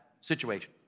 situation